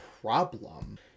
problem